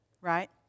right